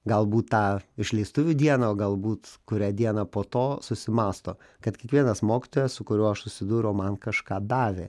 galbūt tą išleistuvių dieną o galbūt kurią dieną po to susimąsto kad kiekvienas mokytojas su kuriuo aš susidūriau man kažką davė